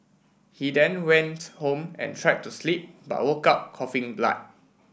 he then went home and tried to sleep but woke up coughing blood